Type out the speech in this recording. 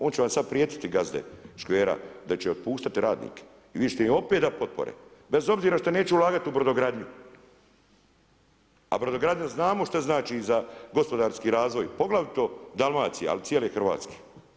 Oni će vam sad prijetiti gazde škvera da će otpuštati radnike, vi ćete opet dat potpore bez obzira što neće ulagati u brodogradnju, a brodogradnja znamo što znači za gospodarsko razvoj poglavito Dalmacije, ali i cijele Hrvatske.